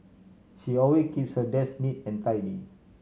she alway keeps her desk neat and tidy